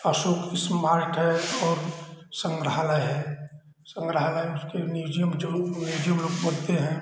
अशोक सम्राट है और संग्रहालय है संग्रहालय उसके म्यूजियम जो लो म्यूजियम लोग बोलते हैं